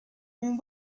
been